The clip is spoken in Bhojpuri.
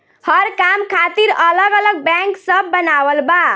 हर काम खातिर अलग अलग बैंक सब बनावल बा